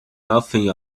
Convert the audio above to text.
nothing